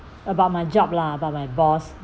about my job lah but my boss